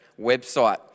website